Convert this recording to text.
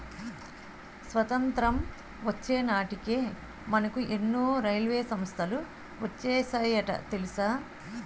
స్వతంత్రం వచ్చే నాటికే మనకు ఎన్నో రైల్వే సంస్థలు వచ్చేసాయట తెలుసా